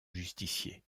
justicier